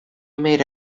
made